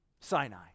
Sinai